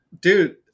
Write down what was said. dude